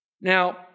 Now